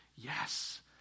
yes